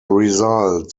result